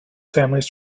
families